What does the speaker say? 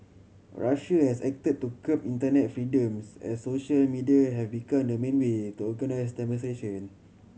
Russia has acted to curb internet freedoms as social media have become the main way to organise demonstration